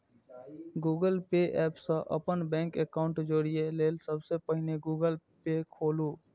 Google Pay app सं अपन bank account जोड़य लेल सबसं पहिने गूगल पे खोलू